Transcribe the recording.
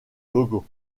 logo